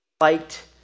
liked